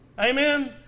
Amen